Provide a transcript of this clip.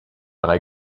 drei